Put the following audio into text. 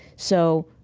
so,